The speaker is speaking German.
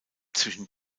zwischen